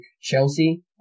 Chelsea